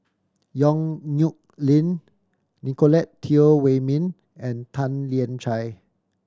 Yong Nyuk Lin Nicolette Teo Wei Min and Tan Lian Chye